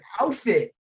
outfit